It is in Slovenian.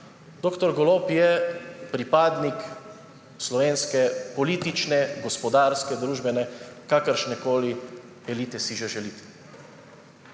Dr. Golob je pripadnik slovenske politične, gospodarske, družbene, kakršnekoli elite, si že želite.